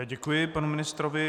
Děkuji panu ministrovi.